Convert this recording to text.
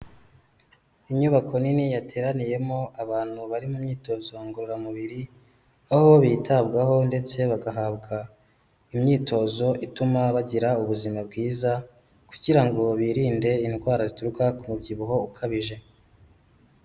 Inyubako nini yateraniyemo abantu bari mu myitozo ngororamubiri, aho bitabwaho ndetse bagahabwa imyitozo ituma bagira ubuzima bwiza kugira ngo birinde indwara zituruka ku mubyibuho ukabije.